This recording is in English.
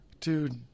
Dude